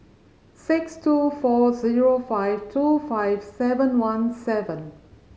six two four zero five two five seven one seven